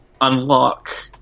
unlock